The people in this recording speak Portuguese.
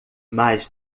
mais